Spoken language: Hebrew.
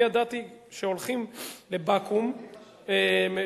אני ידעתי שהולכים לבקו"ם,